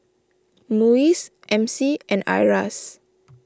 Muis M C and Iras